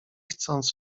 chcąc